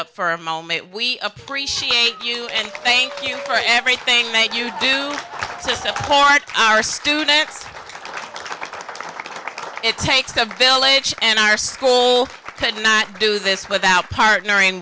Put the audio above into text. up for a moment we appreciate you and thank you for everything make you do to support our students it takes a village and our school could not do this without partnering